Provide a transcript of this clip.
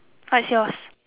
what is yours